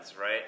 right